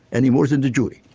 any more than the jury.